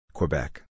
Quebec